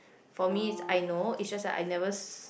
for me I know is just like I never